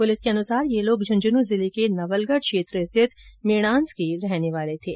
police के अनुसार ये लोग इमुंझनूं जिले के नवलगढ़ क्षेत्र स्थित मेणांस के रहने वाले थे